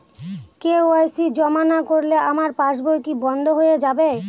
KYC জমা না করলে আমার পাসবই কি বন্ধ হয়ে যাবে?